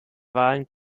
wahlen